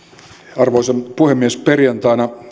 arvoisa puhemies perjantaina